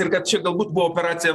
ir kad čia galbūt buvo operacija